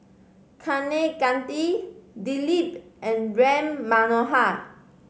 Kaneganti Dilip and Ram Manohar